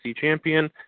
champion